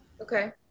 Okay